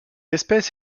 espèce